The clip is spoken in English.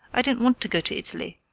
i don't want to go to italy.